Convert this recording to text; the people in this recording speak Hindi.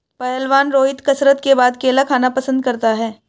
पहलवान रोहित कसरत के बाद केला खाना पसंद करता है